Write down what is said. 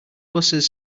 busses